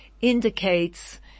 indicates